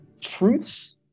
truths